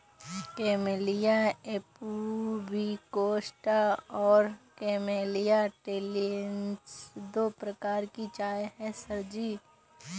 camellia pubicosta और camellia taliensis दो प्रकार की चाय है सर जी